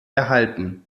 erhalten